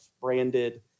branded